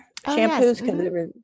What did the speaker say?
shampoos